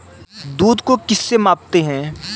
दूध को किस से मापते हैं?